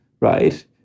Right